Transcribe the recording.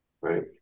right